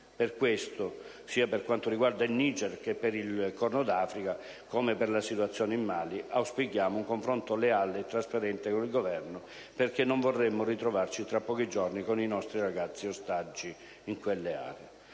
Per questo, sia per quanto riguarda il Niger che per il Corno d'Africa, come per la situazione in Mali, auspichiamo un confronto leale e trasparente con il Governo, perché non vorremmo ritrovarci tra pochi giorni con i nostri ragazzi ostaggi in quelle aree.